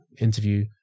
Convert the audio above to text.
interview